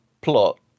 plot